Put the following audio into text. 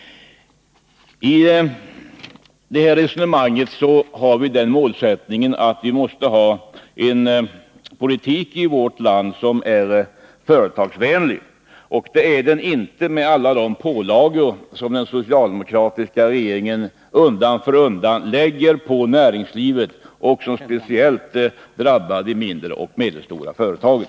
Vi har den målsättningen att det i vårt land skall föras en politik som är företagsvänlig. Det är den inte med alla de pålagor som den socialdemokratiska regeringen undan för undan lägger på näringslivet och som speciellt drabbar de mindre och medelstora företagen.